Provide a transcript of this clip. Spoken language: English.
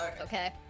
Okay